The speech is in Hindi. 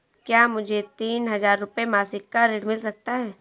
क्या मुझे तीन हज़ार रूपये मासिक का ऋण मिल सकता है?